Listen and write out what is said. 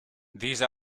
these